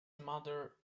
mother